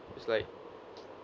it's like